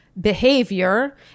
behavior